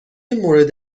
مورد